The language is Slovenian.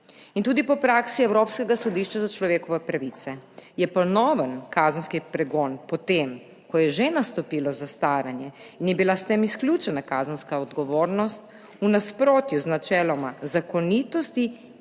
In tudi po praksi Evropskega sodišča za človekove pravice je ponoven kazenski pregon po tem, ko je že nastopilo zastaranje in je bila s tem izključena kazenska odgovornost, v nasprotju z načeloma zakonitosti